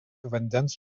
vandens